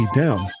down